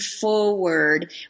forward